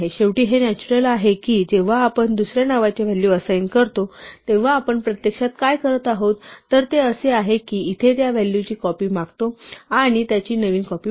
शेवटी हे नॅच्युरल आहे की जेव्हा आपण दुसर्या नावाच्या व्हॅल्यू असाइन करतो तेव्हा आपण प्रत्यक्षात काय करत आहोत तर ते असे आहे कि इथे त्या व्हॅल्यूची कॉपी मागतो आणि त्याची नवीन कॉपी बनवतो